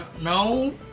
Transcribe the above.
No